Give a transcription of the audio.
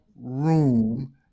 room